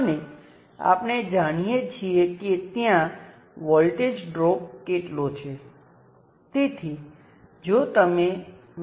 અને આપણે જાણીએ છીએ કે 1 મિલી amp નો કરંટ આ રીતે વહે છે